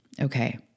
Okay